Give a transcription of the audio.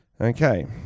Okay